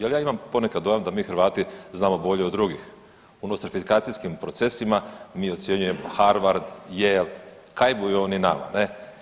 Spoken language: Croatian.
Jel ja imam ponekad dojam da mi Hrvati znamo bolje od drugih, u nostrifikacijskim procesima mi ocjenjujemo Harvard jel kaj buju oni nama ne.